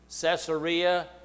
Caesarea